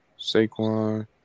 Saquon